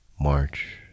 March